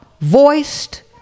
voiced